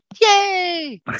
Yay